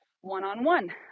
one-on-one